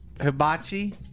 Hibachi